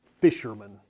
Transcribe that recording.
fisherman